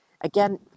again